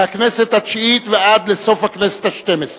מהכנסת התשיעית ועד לסוף הכנסת השתים-עשרה.